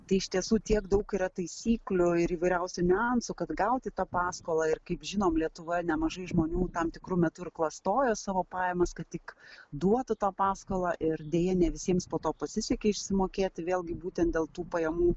tai iš tiesų tiek daug yra taisyklių ir įvairiausių niuansų kad gauti tą paskolą ir kaip žinom lietuvoje nemažai žmonių tam tikru metu ir klastojo savo pajamas kad tik duotų tą paskolą ir deja ne visiems po to pasisekė išsimokėti vėlgi būtent dėl tų pajamų